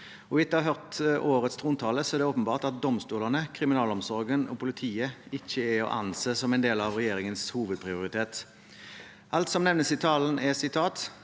Etter å ha hørt årets trontale er det åpenbart at domstolene, kriminalomsorgen og politiet ikke er å anse som en del av regjeringens hovedprioritet. Alt som nevnes i talen, er: